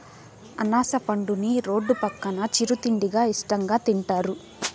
అనాస పండుని రోడ్డు పక్కన చిరు తిండిగా ఇష్టంగా తింటారు